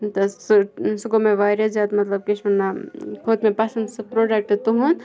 تہٕ سُہ سُہ گوٚو مےٚ واریاہ زیادٕ مَطلَب کھوٚت مےٚ پَسَنٛد سُہ پروڈَکٹہٕ تہنٛد